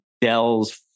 Dell's